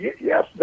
yes